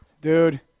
Dude